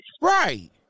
Right